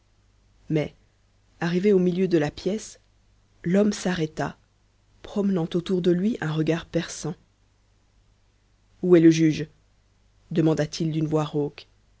mais arrivé au milieu de la pièce l'homme s'arrêta promenant autour de lui un regard perçant où est le juge demanda-t-il d'une voix